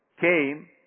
came